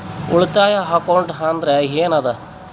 ಉಳಿತಾಯ ಅಕೌಂಟ್ ಅಂದ್ರೆ ಏನ್ ಅದ?